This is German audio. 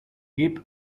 geb